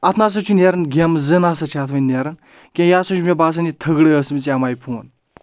اَتھ نسا چھُ نیران گیمہٕ زٕ نسا چھِ اَتھ وۄنۍ نیران کینٛہہ یہِ ہسا چھُ مےٚ باسَان یہِ تھٔگٔڑ ٲسمٕژ یہِ ایم آی فون